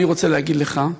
אני רוצה להגיד לך,